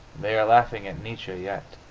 they are laughing at nietzsche yet.